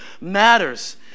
matters